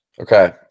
Okay